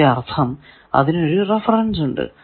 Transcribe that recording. അതിന്റെ അർഥം അതിനൊരു റഫറൻസ് ഉണ്ട്